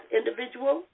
individual